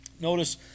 Notice